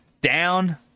Down